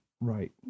right